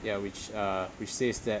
ya which uh which says that